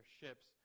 ships